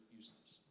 useless